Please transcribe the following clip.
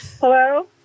hello